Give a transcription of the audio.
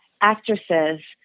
actresses